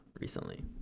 recently